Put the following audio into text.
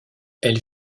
elle